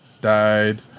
died